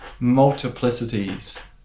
multiplicities